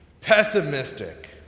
Pessimistic